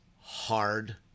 hard